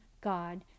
God